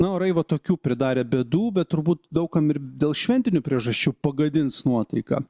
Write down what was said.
na orai va tokių pridarė bėdų bet turbūt daug kam ir dėl šventinių priežasčių pagadins nuotaiką